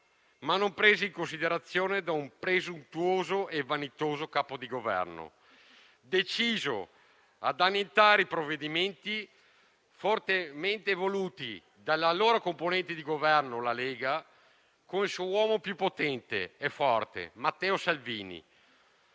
ma non prese in considerazione da un presuntuoso e vanitoso Capo del Governo, deciso ad annientare i provvedimenti fortemente voluti dalla allora componente di Governo, la Lega, con il suo uomo più potente e forte, Matteo Salvini.